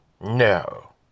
No